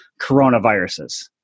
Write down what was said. coronaviruses